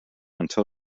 until